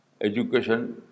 education